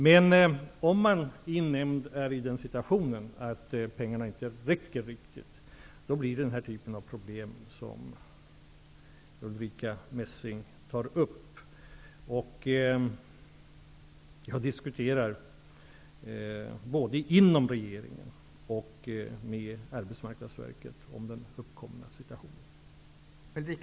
Men om en länsarbetsnämnd befinner sig i den situationen att pengarna inte räcker, uppstår den typ av problem som Ulrica Messing tar upp. Jag skall både inom regeringen och med Arbetsmarknadsverket diskutera den uppkomna situationen.